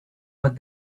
but